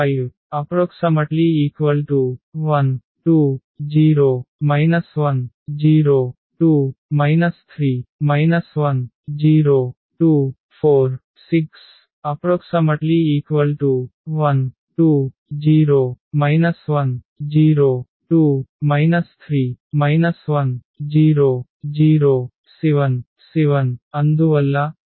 1 2 0 1 0 2 3 1 0 2 4 6 1 2 0 1 0 2 3 1 0 0 7 7 అందువల్ల ర్యాంక్A3